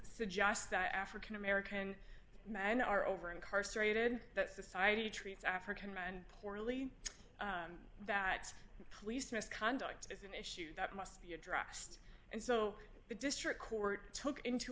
suggest that african american men are over incarcerated that society treats african and poorly that police misconduct is an issue that must be addressed and so the district court took into